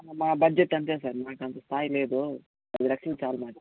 మా బడ్జెట్ అంతే సార్ మాకు అంత స్థాయి లేదు పది లక్షలు చాలు మాకు